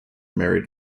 married